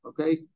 Okay